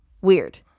Weird